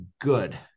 good